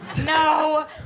No